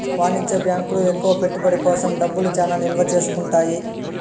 వాణిజ్య బ్యాంకులు ఎక్కువ పెట్టుబడి కోసం డబ్బులు చానా నిల్వ చేసుకుంటాయి